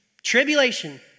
Tribulation